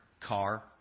car